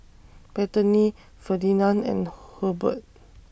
Bethany Ferdinand and Hurbert